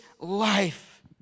life